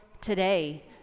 today